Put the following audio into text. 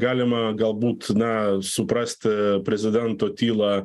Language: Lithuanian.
galima galbūt na suprasti prezidento tylą